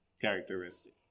Characteristic